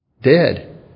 dead